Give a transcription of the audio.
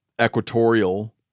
Equatorial